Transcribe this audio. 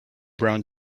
brown